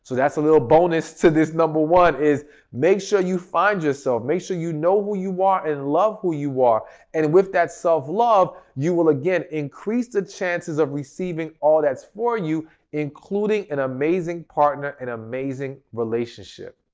so that's a little bonus to this number one is make sure you find yourself, make sure you know who you are and love who you are and with that self love you will again increase the chances of receiving all that's for you including an and amazing partner an amazing relationship.